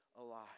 alive